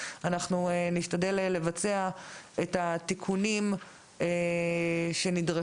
אנחנו נשתדל לבצע את התיקונים שנדרשים,